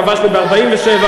כבשנו ב-47',